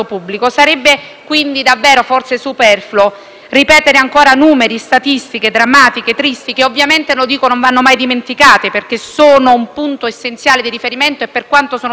ripetere ancora numeri e statistiche drammatiche e tristi, che ovviamente non vanno mai dimenticate, perché sono un punto essenziale di riferimento e, per quanto drammatiche, hanno un loro portato e una loro forza.